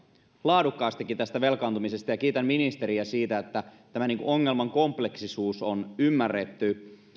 laadukkaastikin velkaantumisesta ja kiitän ministeriä siitä että ongelman kompleksisuus on ymmärretty